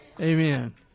Amen